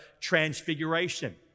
transfiguration